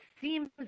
seems